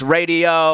Radio